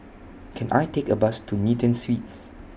Can I Take A Bus to Newton Suites